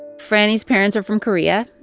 franny's parents are from korea.